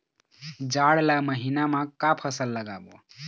जाड़ ला महीना म का फसल लगाबो?